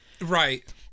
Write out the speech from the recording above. Right